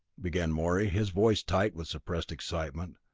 began morey, his voice tight with suppressed excitement,